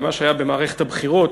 למה שהיה במערכת הבחירות,